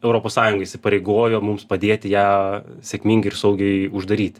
europos sąjunga įsipareigojo mums padėti ją sėkmingai ir saugiai uždaryti